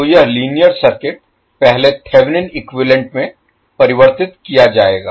तो यह linear circuit पहले थेवेनिन इक्विवैलेन्ट में परिवर्तित किया जाएगा